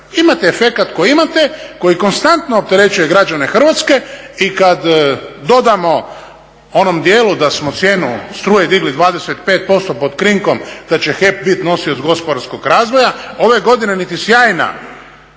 Imate efekat koji imate, koji konstantno opterećuje građane Hrvatske i kada dodamo u onom dijelu da smo cijenu struje digli 25% pod krinkom da će HEP biti nosioc gospodarskog razvoja, ove godine niti sjajna